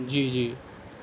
جی جی